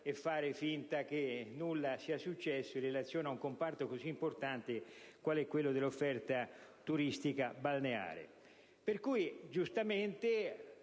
e fare finta che nulla sia successo, in relazione a un comparto così importante quale quello dell'offerta turistico-balneare. Giustamente,